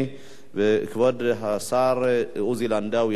כבוד השר עוזי לנדאו ישיב על ההצעה לסדר-היום,